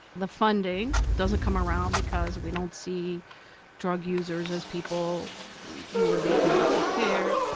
the funding doesn't come around because we don't see drug users as people worthy of medical care.